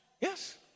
Yes